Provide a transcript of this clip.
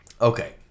Okay